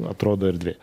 atrodo erdvėj